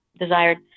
desired